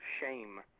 Shame